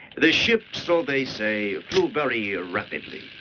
the ship, so they say, flew very ah rapidly.